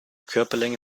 körperlänge